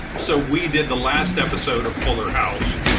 so we did the last episode of fuller house.